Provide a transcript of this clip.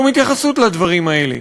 שום התייחסות לדברים האלה.